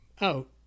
out